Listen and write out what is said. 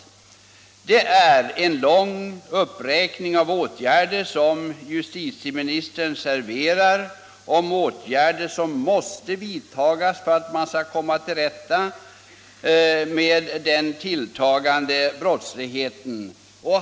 Justitieministern serverar en lång uppräkning av åtgärder som måste vidtas för att man skall komma till rätta med den tilltagande brottsligheten.